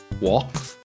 Walk